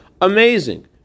Amazing